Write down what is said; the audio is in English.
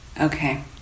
Okay